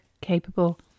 capable